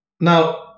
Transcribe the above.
Now